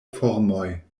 formoj